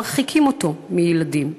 מרחיקים אותו מילדים,